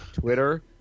Twitter